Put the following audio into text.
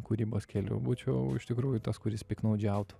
kūrybos keliu būčiau iš tikrųjų tas kuris piktnaudžiautų